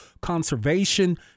conservation